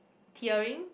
tearing